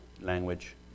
language